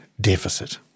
deficit